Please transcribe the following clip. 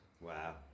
Wow